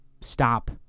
stop